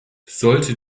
sollte